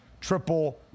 triple